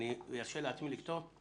האם ארשה לעצמי לכתוב?